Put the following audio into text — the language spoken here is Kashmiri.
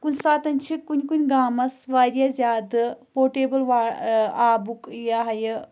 کُنہِ ساتَن چھِ کُنہِ کُنہِ گامَس واریاہ زیادٕ پوٹیبٕل وا آبُک یہِ ہا یہِ